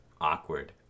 Awkward